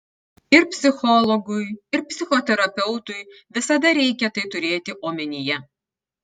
ir psichologui ir psichoterapeutui visada reikia tai turėti omenyje